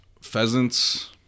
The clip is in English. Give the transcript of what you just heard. pheasants